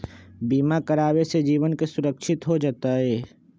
बीमा करावे से जीवन के सुरक्षित हो जतई?